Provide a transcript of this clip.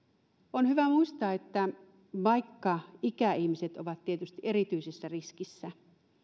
on hyvä muistaa että vaikka ikäihmiset ovat tietysti erityisessä riskissä